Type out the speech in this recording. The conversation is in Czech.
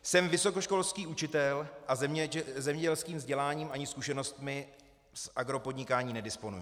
Jsem vysokoškolský učitel a zemědělským vzděláním ani zkušenostmi z agropodnikání nedisponuji.